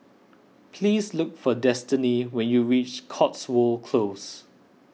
please look for Destiney when you reach Cotswold Close